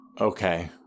Okay